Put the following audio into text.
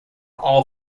all